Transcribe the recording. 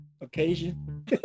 occasion